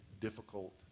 difficult